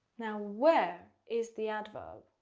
now where is the adverb?